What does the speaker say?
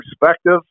perspective